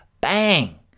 bang